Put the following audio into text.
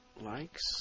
likes